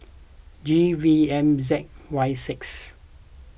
G V M Z Y six